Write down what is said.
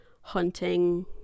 hunting